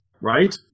Right